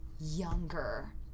Younger